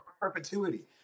Perpetuity